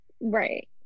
Right